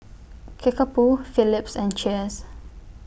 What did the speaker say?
Kickapoo Phillips and Cheers